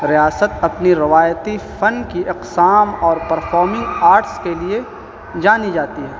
ریاست اپنی روایتی فن کی اقسام اور پرفارمنگ آرٹس کے لیے جانی جاتی ہے